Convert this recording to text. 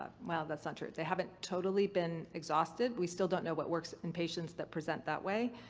well, that's not true. they haven't totally been exhausted. we still don't know what works in patients that present that way.